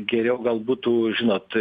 geriau gal būtų žinot